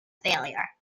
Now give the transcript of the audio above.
failure